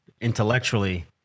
intellectually